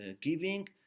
giving